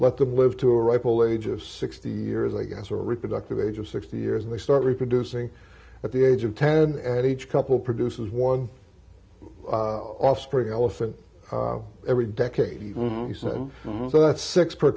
let them live to a ripe old age of sixty years i guess or reproductive age of sixty years and they start reproducing at the age of ten and each couple produces one offspring elephant every decade he said so that's six per